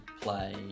play